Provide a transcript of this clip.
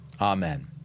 Amen